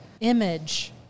image